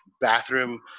bathroom